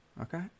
Okay